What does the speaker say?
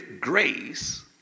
grace